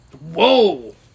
Whoa